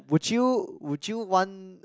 would you would you want